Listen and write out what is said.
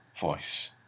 voice